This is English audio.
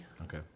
Okay